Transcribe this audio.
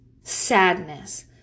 sadness